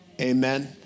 Amen